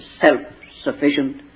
self-sufficient